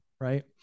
Right